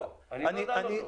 אני לא דן אותו.